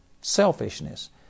selfishness